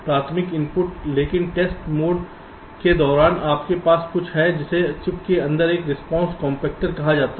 प्राथमिक इनपुट लेकिन test mode के दौरान आपके पास कुछ है जिसे चिप के अंदर एक रिस्पांस कम्पेक्टर कहा जाता है